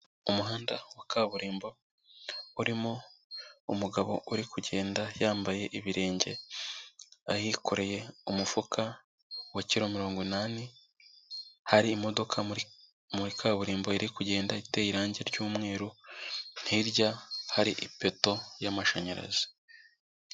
Umuhanda wa kaburimbo urimo umugabo uri kugenda yambaye ibirenge, ahikoreye umufuka wa kiro mirongo inani, hari imodoka muri kaburimbo iri kugenda iteye irange ry'umweru, hirya hari ipoto y'amashanyarazi.